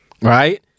right